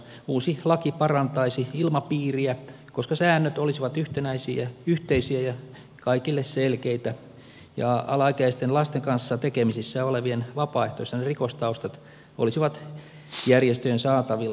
uusi laki parantaisi ilmapiiriä koska säännöt olisivat yhtenäisiä yhteisiä ja kaikille selkeitä ja alaikäisten lasten kanssa tekemisissä olevien vapaaehtoisten rikostaustat olisivat järjestöjen saatavilla